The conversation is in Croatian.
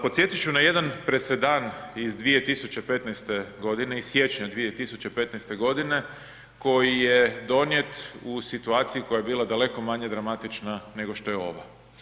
Podsjetit ću na jedan presedan iz 2015. godine, iz siječnja 2015. godine koji je donijet u situaciji koja je bila daleko manje dramatična nego što je ova.